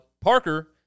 Parker